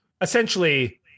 essentially